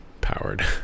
powered